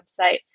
website